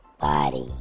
body